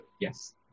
yes